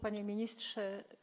Panie Ministrze!